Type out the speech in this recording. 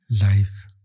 life